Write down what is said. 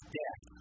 death